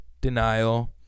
denial